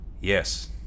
Yes